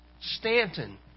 Stanton